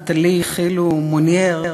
נטלי חילו מונייר,